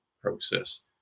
process